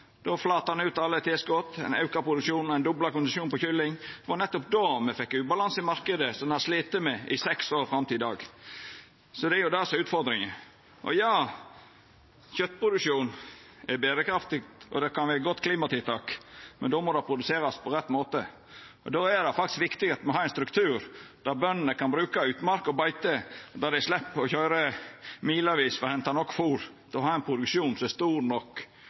Då flata ein ut alle tilskot, ein auka produksjonen, og ein dobla konsesjonen på kylling. Det var nettopp då me fekk ubalanse i marknaden, som ein har slite med i seks år, fram til i dag. Det er det som er utfordringa. Ja, kjøtproduksjon er berekraftig, og det kan vera eit godt klimatiltak, men då må det produserast på rett måte. Då er det faktisk viktig at me har ein struktur der bøndene kan bruka utmark og beite, der dei slepp å køyra milevis for å henta nok fôr til å ha ein produksjon som er stor nok